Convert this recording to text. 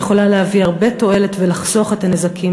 היא יכולה להביא הרבה תועלת ולחסוך את הנזקים